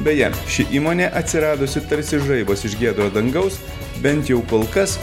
beje ši įmonė atsiradusi tarsi žaibas iš giedro dangaus bent jau kol kas